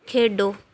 ਖੇਡੋ